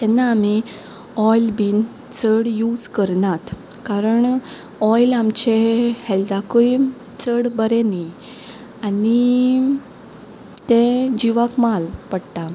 तेन्ना आमी ओयल बीन चड यूज करनात कारण ओयल आमचे हेल्ताकय चड बरें न्ही आनी तें जिवाक माल पडटा